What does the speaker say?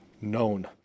known